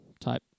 type